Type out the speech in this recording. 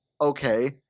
okay